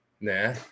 Nah